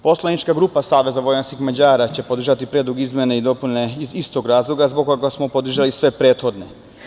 Poslanička grupa Saveza vojvođanskih Mađara će podržati Predlog izmene i dopune iz istog razloga zbog koga smo podržali i sve prethodne.